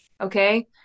okay